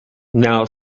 now